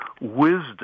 wisdom